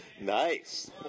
Nice